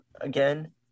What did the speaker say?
again